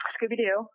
Scooby-Doo